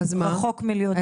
זה רחוק מלהיות אחלה --- אז מה?